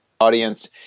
audience